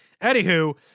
Anywho